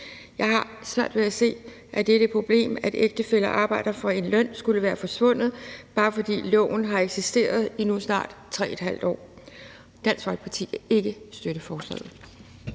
Jeg har svært ved at se, at dette problem, at ægtefæller arbejder for en løn, skulle være forsvundet, bare fordi loven har eksisteret i nu snart 3½ år. Dansk Folkeparti kan ikke støtte forslaget.